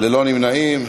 ללא נמנעים.